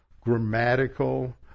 grammatical